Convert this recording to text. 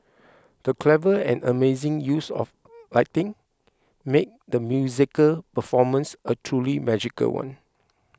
the clever and amazing use of lighting made the musical performance a truly magical one